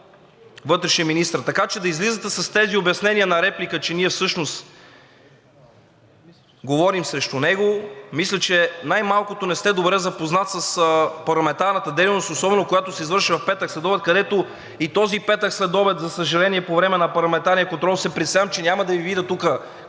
вътрешен министър. Така че да излизате с тези обяснение на реплика, че ние всъщност говорим срещу него, мисля, че най-малкото, не сте добре запознат с парламентарната дейност, особено когато се извършва в петък следобед, където и този петък следобед, за съжаление, по време на парламентарния контрол се притеснявам, че няма да Ви видя тук,